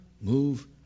move